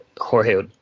Jorge